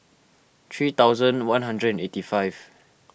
three thousand one hundred and eighty five